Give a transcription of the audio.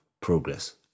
progress